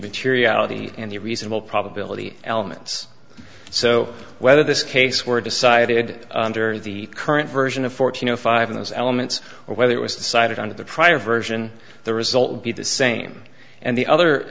material and the reasonable probability elements so whether this case were decided the current version of fourteen o five in those elements or whether it was decided on of the prior version the result would be the same and the other